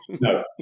No